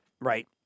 right